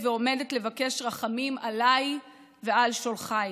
ועומדת לבקש רחמים עליי ועל שולחיי,